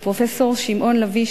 ופרופסור שמעון לביא,